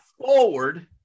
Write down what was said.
forward